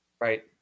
right